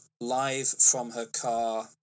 live-from-her-car